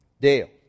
Dale